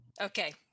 Okay